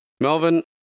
Melvin